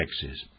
Texas